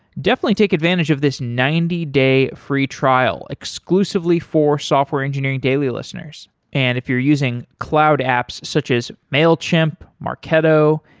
definitely take advantage of this ninety day free trial exclusively for software engineering daily listeners and if if you're using cloud apps such as mailchimp, marketo,